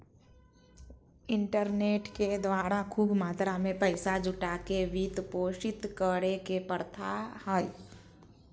internet के द्वारा खूब मात्रा में पैसा जुटा के वित्त पोषित करे के प्रथा हइ